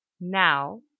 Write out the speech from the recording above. now